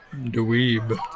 dweeb